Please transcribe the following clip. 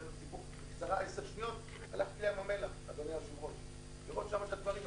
בקצרה הלכתי לים המלח לראות שם את הדברים.